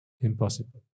impossible